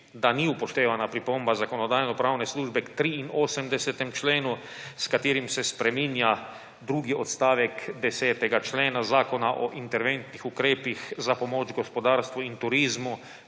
da ni upoštevana pripomba Zakonodajno-pravne službe k 83. členu, s katerim se spreminja drugi odstavek 10. člena Zakon o interventnih ukrepih za pomoč gospodarstvu in turizmu